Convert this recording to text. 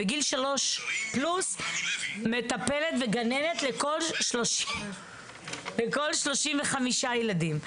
בגיל שלוש פלוס, מטפלת וגננת לכל 35 ילדים.